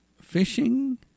fishing